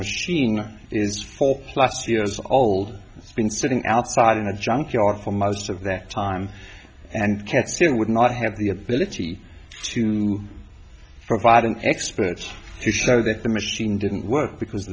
machine is four plus years old it's been sitting outside in a junkyard for most of that time and can still would not have the ability to provide an expert to show that the machine didn't work because